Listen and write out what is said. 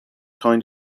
kind